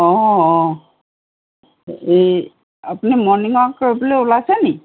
অঁ অঁ এই আপুনি মৰ্ণিং ৱাক কৰিবলৈ ওলাইছেনি